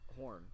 horn